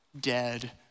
dead